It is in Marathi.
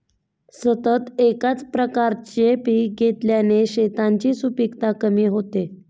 सतत एकाच प्रकारचे पीक घेतल्याने शेतांची सुपीकता कमी होते